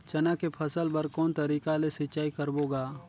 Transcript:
चना के फसल बर कोन तरीका ले सिंचाई करबो गा?